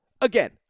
Again